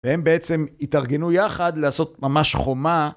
והם בעצם התארגנו יחד לעשות ממש חומה.